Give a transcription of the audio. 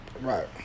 Right